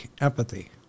empathy